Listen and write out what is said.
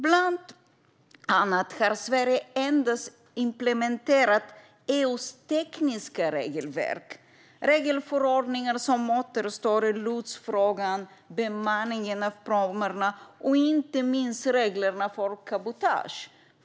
Bland annat har Sverige endast implementerat EU:s tekniska regelverk. Regelförordningar som återstår är lotsfrågan, bemanningen av pråmarna och inte minst reglerna för cabotage.